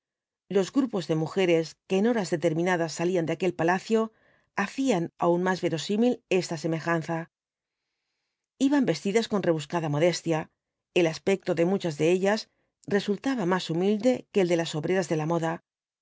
los grupos de mujeres que en horas determinadas salían de aquel palacio hacían aún más verosímil esta semejanza iban vestidas con rebuscada modestia el aspecto de muchas de ellas resultaba más humilde que el de las obreras de la moda